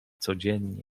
codzienne